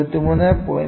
3605 23